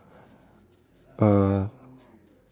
uh